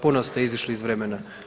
Puno ste izišli iz vremena.